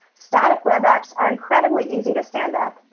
static web apps are incredibly easy to stand up,